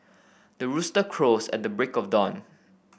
the rooster crows at the break of dawn